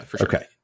Okay